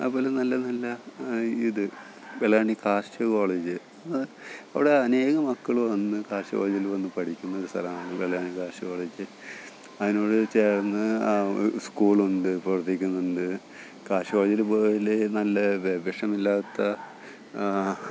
അതേപോലെ നല്ലനല്ല ഇത് വെള്ളായണി കാർഷിക കോളേജ് അത് അവിടെ അനേകം മക്കൾ വന്ന് കാർഷിക കോളേജിൽ വന്ന് പഠിക്കുന്നൊരു സ്ഥലമാണ് വെള്ളായണി കാർഷിക കോളേജ് അതിനോട് ചേർന്ന് സ്കൂളുണ്ട് പ്രവർത്തിക്കുന്നുണ്ട് കാർഷിക കോളേജിൽ പോയാൽ നല്ല വെ വിഷമില്ലാത്ത